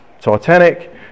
Titanic